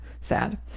sad